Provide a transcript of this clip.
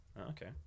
okay